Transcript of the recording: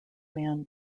man